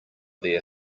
there